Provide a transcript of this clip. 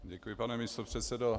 Děkuji, pane místopředsedo.